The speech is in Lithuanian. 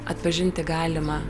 atpažinti galima